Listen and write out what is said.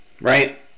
right